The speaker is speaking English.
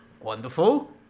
Wonderful